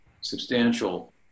substantial